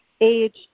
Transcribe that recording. age